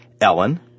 Ellen